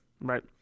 Right